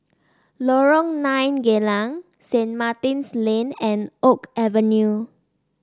Lorong Nine Geylang Saint Martin's Lane and Oak Avenue